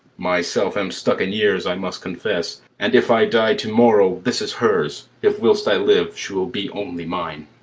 myself am struck in years, i must confess and if i die to-morrow this is hers, if whilst i live she will be only mine.